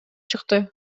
чыкты